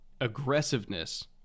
aggressiveness